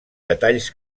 detalls